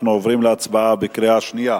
אנחנו עוברים להצבעה בקריאה שנייה,